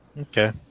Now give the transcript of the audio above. Okay